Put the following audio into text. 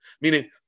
Meaning